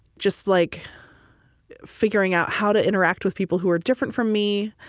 just like figuring out how to interact with people who are different from me,